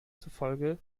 zufolge